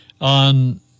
on